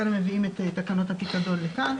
לכן הם מביאים את תקנות הפיקדון לכאן,